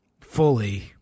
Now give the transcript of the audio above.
fully